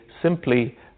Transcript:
simply